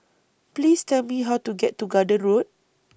Please Tell Me How to get to Garden Road